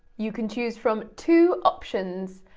you can choose from two options,